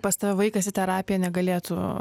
pas tave vaikas į terapiją negalėtų